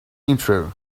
intro